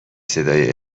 صدای